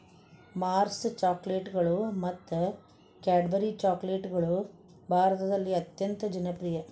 Mars ಚಾಕೊಲೇಟ್ಗಳು ಮತ್ತು Cadbury ಚಾಕೊಲೇಟ್ಗಳು ಭಾರತದಲ್ಲಿ ಅತ್ಯಂತ ಜನಪ್ರಿಯ